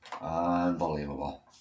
Unbelievable